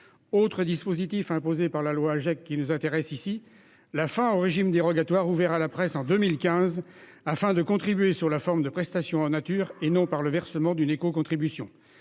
Autre dispositif imposé par la loi Agec qui nous intéresse ici : la fin du régime dérogatoire ouvert à la presse en 2015, qui lui permettait de contribuer sous la forme de prestations en nature et non par le versement d'une écocontribution.